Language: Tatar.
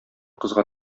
кызга